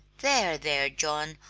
there, there, john,